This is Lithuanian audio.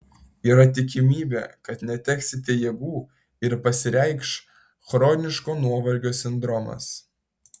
yra tikimybė kad neteksite jėgų ir pasireikš chroniško nuovargio sindromas